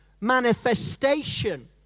manifestation